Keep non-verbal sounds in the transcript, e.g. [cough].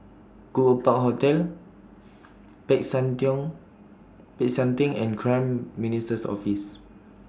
Goodwood Park Hotel Peck San [unintelligible] Peck San Theng and Prime Minister's Office